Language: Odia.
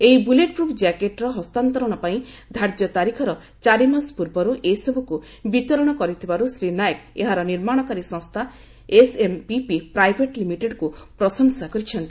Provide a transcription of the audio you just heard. ଏହି ବୁଲେଟ୍ପ୍ରଫ୍ ଜ୍ୟାକେଟ୍ର ହସ୍ତାନ୍ତରଣ ପାଇଁ ଧାର୍ଯ୍ୟ ତାରିଖର ଚାରିମାସ ପୂର୍ବରୁ ଏସବୁକୁ ବିତରଣ କରିଥିବାରୁ ଶ୍ରୀ ନାୟକ ଏହାର ନିର୍ମାଣକାରୀ ସଂସ୍ଥା ଏସ୍ଏମ୍ପିପି ପ୍ରାଇଭେଟ୍ ଲିମିଟେଡ୍କୁ ପ୍ରଶଂସା କରିଛନ୍ତି